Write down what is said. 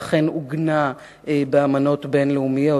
ואכן עוגנה באמנות בין-לאומיות.